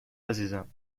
عزیزم